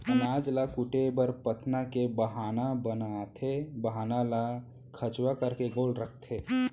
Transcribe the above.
अनाज ल कूटे बर पथना के बाहना बनाथे, बाहना ल खंचवा करके गोल रखथें